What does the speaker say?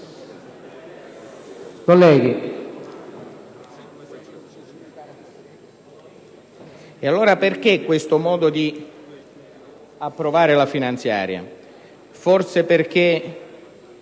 fiducia. Perché questo modo di approvare la finanziaria? Forse perché